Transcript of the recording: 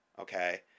okay